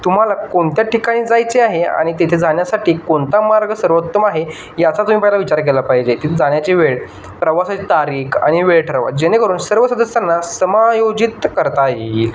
तुम्हाला कोणत्या ठिकाणी जायचे आहे आणि तिथे जाण्यासाठी कोणता मार्ग सर्वोत्तम आहे याचा तुम्ही पहिला विचार केला पाहिजे तिथे जाण्याची वेळ प्रवासाची तारीख आणि वेळ ठरवा जेणेकरून सर्व सदस्यांना समायोजित करता येईल